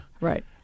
Right